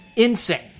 Insane